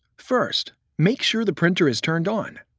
first, make sure the printer is turned on.